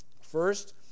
First